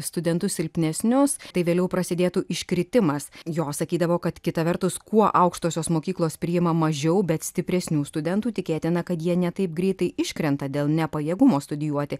studentus silpnesnius tai vėliau prasidėtų iškritimas jo sakydavo kad kita vertus kuo aukštosios mokyklos priima mažiau bet stipresnių studentų tikėtina kad jie ne taip greitai iškrenta dėl nepajėgumo studijuoti